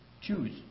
Choose